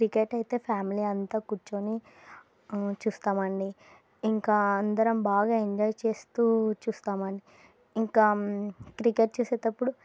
cricket అయితే family అంతా కూర్చొని చూస్తామండి ఇంకా అందరం బాగా ఎంజాయ్ చేస్తూ చూస్తామండి ఇంకా క్రికెట్ చేసేటప్పుడు